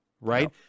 right